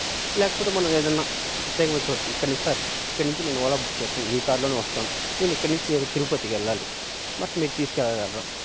లేకపోతే మనం ఏదన్నా ప్రత్యేకమైన చోటు ఇక్కడినించి సార్ ఇక్కడి నుంచి నేను ఓలా బుక్ చేసుకుని మీ కార్లోనే వస్తాను నేను ఇక్కడి నుంచి తిరుపతికెళ్ళాలి బట్ మీరు తీసుకెళ్ళగలరా